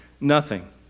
nothing